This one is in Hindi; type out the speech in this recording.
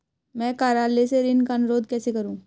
मैं कार्यालय से ऋण का अनुरोध कैसे करूँ?